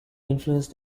influenced